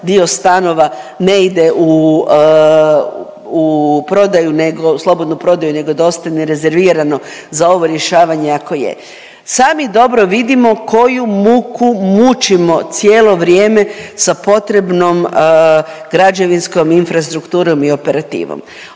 prodaju nego, slobodnu prodaju nego da ostane rezervirano za ovo rješavanje ako je. Sami dobro vidimo koju muku mučimo cijelo vrijeme sa potrebnom građevinskom infrastrukturom i operativom.